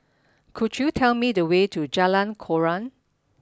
could you tell me the way to Jalan Koran